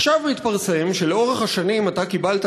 עכשיו מתפרסם שלאורך השנים אתה קיבלת